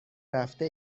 رفته